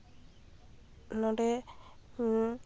ᱱᱚᱰᱮ